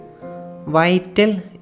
Vital